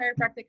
chiropractic